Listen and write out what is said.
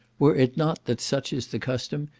were it not that such is the custom,